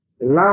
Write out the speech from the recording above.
love